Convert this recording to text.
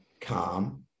calm